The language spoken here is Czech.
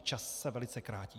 Čas se velice krátí.